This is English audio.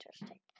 interesting